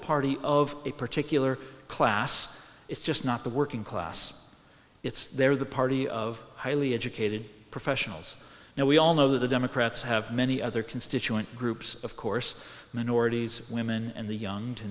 party of a particular class it's just not the working class it's they're the party of highly educated professionals now we all know that the democrats have many other constituent groups of course minorities women and the young to